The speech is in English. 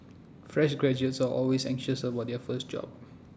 fresh graduates are always anxious about their first job